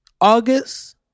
august